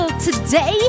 today